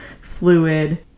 fluid